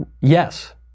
Yes